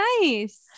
nice